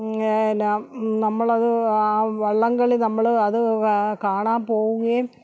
ന നമ്മൾ അത് വള്ളംകളി നമ്മൾ അത് കാണാൻ പോവുകയും